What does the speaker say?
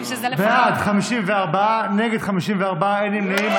בעד, 54, נגד, 54, אין נמנעים.